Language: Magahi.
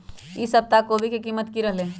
ई सप्ताह कोवी के कीमत की रहलै?